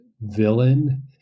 villain